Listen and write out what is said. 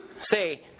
say